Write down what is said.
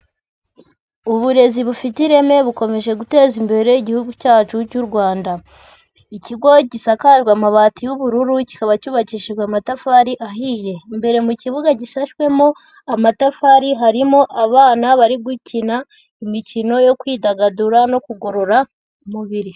Uburezi bufite ireme bukomeje guteza imbere Igihugu cyacu cy'u Rwanda. Ikigo gisakajwe amabati y'ubururu, kikaba cyubakishijwe amatafari ahiye. Imbere mu kibuga gishashwemo, amatafari harimo abana bari gukina imikino yo kwidagadura no kugorora umubiri.